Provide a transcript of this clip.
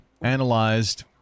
analyzed